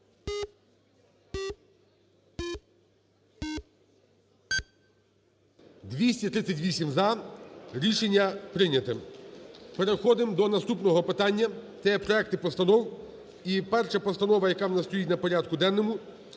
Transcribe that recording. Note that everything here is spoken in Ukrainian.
За-238 Рішення прийняте. Переходимо до наступного питання. Це є проекти постанов і перша постанова, яка у нас стоїть на порядку денному.